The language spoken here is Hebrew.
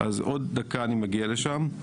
עוד דקה אני מגיע לשם.